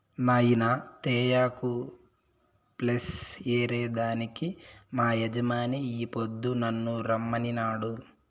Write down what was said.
నాయినా తేయాకు ప్లస్ ఏరే దానికి మా యజమాని ఈ పొద్దు నన్ను రమ్మనినాడు